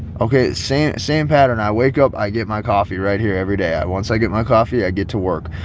okay, same same pattern, i wake up, i get my coffee right here every day i once i get my coffee, i get to work.